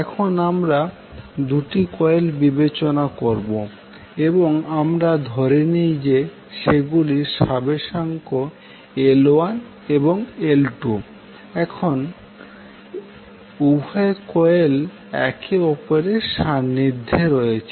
এখন আমরা 2 টি কয়েল বিবেচনা করবো এবং আমরা ধরে নিই যে সেগুলির স্বাবেশাঙ্ক L1এবং L2 এবং উভয় কয়েল একে অপরের সান্নিধ্যে রয়েছে